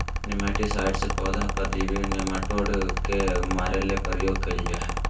nematicides पौधा परजीवी nematode के मारे ले प्रयोग कयल जा हइ